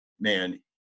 man